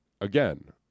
again